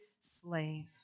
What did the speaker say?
slave